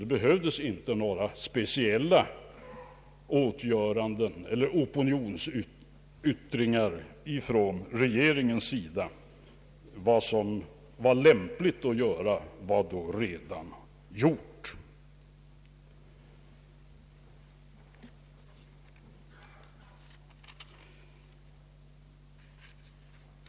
Det behövdes således icke några speciella åtgöranden eller opinionsyttringar från regeringen. Vad som var lämpligt att göra var då redan gjort.